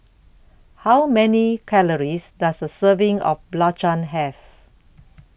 How Many Calories Does A Serving of Belacan Have